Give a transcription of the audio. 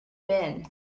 been